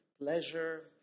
pleasure